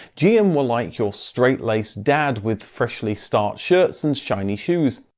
gm was like your strait-laced dad, with freshly starched shirts and shiny shoes.